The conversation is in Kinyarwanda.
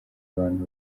abantu